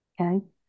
okay